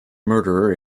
murderer